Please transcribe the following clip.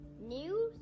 news